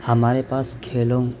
ہمارے پاس کھیلوں